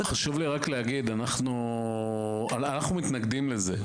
חשוב לי להגיד שאנחנו מתנגדים לזה.